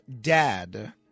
dad